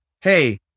hey